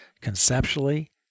conceptually